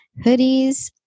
hoodies